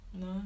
no